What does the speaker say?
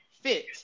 fit